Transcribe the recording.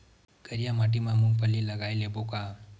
करिया माटी मा मूंग फल्ली लगय लेबों का?